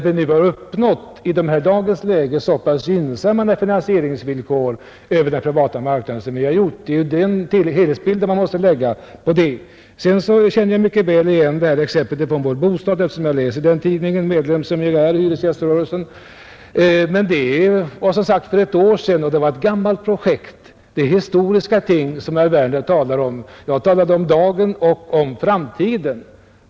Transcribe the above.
Vi har ju i dagens läge uppnått gynnsamma finansieringsvillkor över den privata marknaden. Man måste anlägga en helhetssyn på frågan. Jag känner mycket väl igen exemplet från Vår Bostad, eftersom jag läser den tidningen, medlem som jag är i hyresgäströrelsen. Men det var för ett år sedan, Det var ett gammalt projekt, och det var alltså historiska ting som herr Werner talade om. Jag talar om förhållandena i dag och i framtiden.